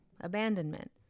abandonment